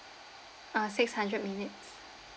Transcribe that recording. uh six hundred minutes